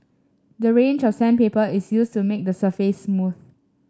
the range of sandpaper is used to make the surface smooth